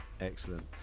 excellent